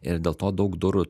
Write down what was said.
ir dėl to daug durų